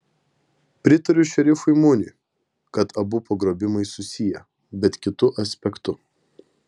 pritariu šerifui muniui kad abu pagrobimai susiję bet kitu aspektu